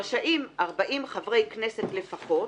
רשאים ארבעים חברי כנסת לפחות